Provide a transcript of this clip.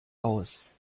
aus